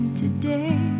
today